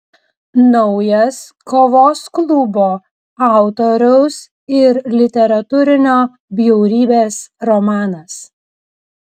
naujas kovos klubo autoriaus ir literatūrinio bjaurybės romanas